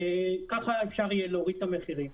כך יהיה אפשר להוריד את המחירים.